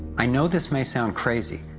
i know this may sound crazy,